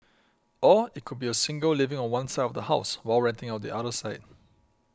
or it could be a single living on one side of the house while renting out the other side